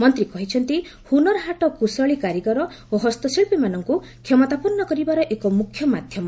ମନ୍ତ୍ରୀ କହିଛନ୍ତି ହୁନର ହାଟ କୁଶଳୀ କାରିଗର ଓ ହସ୍ତଶିଳ୍ପୀମାନଙ୍କୁ କ୍ଷମତାପନ୍ନ କରିବାର ଏକ ମୁଖ୍ୟ ମାଧ୍ୟମ